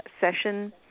session